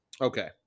Okay